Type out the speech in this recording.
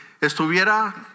estuviera